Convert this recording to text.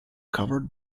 covered